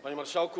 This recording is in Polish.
Panie Marszałku!